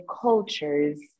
cultures